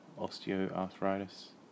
osteoarthritis